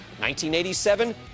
1987